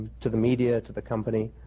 to the media, to the company,